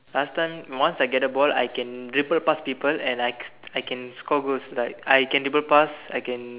last time once I get the ball I can dribble past people and I I can score goals like I dribble past I can